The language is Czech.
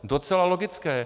Docela logické.